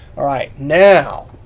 all right, now,